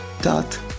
dot